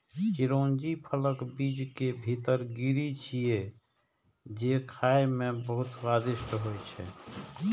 चिरौंजी फलक बीज के भीतर गिरी छियै, जे खाइ मे बहुत स्वादिष्ट होइ छै